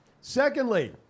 Secondly